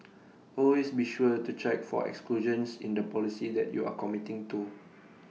always be sure to check for exclusions in the policy that you are committing to